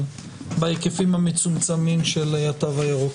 בהיקפים המצומצמים של התו הירוק.